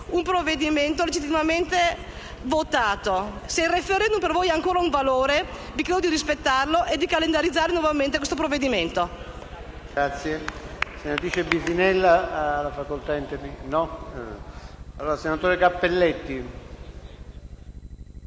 un provvedimento legittimamente votato. Se per voi il *referendum* ha ancora un valore, vi chiedo di rispettarlo e di calendarizzare nuovamente il provvedimento